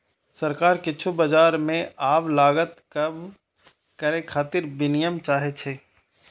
सरकार किछु बाजार मे आब लागत कम करै खातिर विनियम चाहै छै